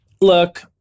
Look